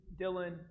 Dylan